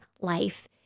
life